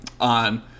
on